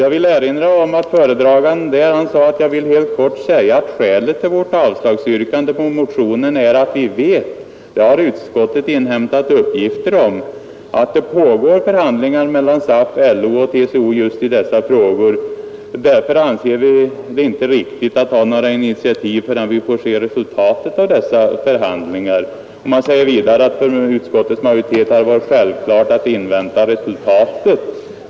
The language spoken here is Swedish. Jag vill erinra om vad utskottets talesman den gången yttrade: ”Jag vill helt kort säga att skälet till vårt avslagsyrkande på motionen är att vi vet — det har utskottet inhämtat uppgifter om — att det pågår förhandlingar mellan SAF, LO och TCO just i dessa frågor. Därför anser vi att det inte är riktigt att ta några initiativ förrän vi har fått se resultatet av dessa förhandlingar.” Han sade vidare att det för utskottet varit självklart att invänta resultatet.